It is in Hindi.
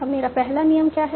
अब मेरा पहला नियम क्या है